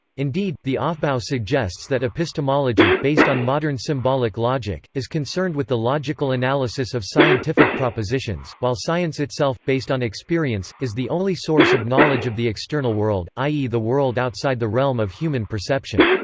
indeed, the aufbau suggests that epistemology, based on modern symbolic logic, is concerned with the logical analysis of scientific propositions, while science itself, based on experience, is the only source of knowledge of the external world, i e. the world outside the realm of human perception.